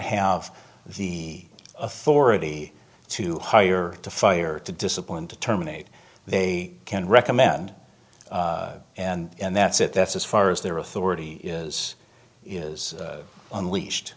have the authority to hire to fire to discipline to terminate they can recommend and that's it that's as far as their authority is is unleashed